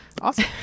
Awesome